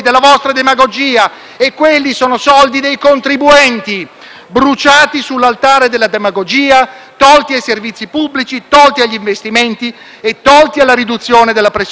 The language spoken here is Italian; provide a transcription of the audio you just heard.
bruciati sull'altare della demagogia, tolti ai servizi pubblici, tolti agli investimenti e tolti alla riduzione della pressione fiscale. Cambiate strada, cambiate questa manovra,